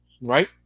right